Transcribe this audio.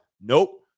Nope